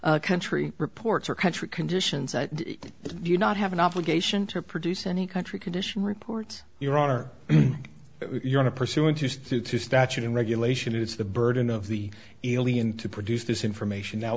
country reports or country conditions do you not have an obligation to produce any country condition reports your honor if you want to pursue interested to statute and regulation it's the burden of the alien to produce this information now